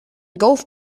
golf